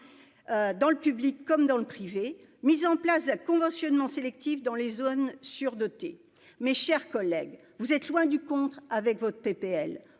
dans le public comme dans le privé, mise en place d'conventionnement sélectif dans les zones surdotées, mes chers collègues, vous êtes loin du compte, avec votre PPL